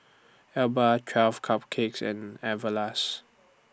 Alba twelve Cupcakes and Everlast